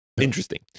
Interesting